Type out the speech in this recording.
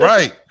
Right